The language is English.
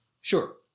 Sure